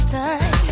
time